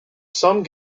some